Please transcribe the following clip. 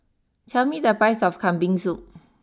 tell me the price of Kambing Soup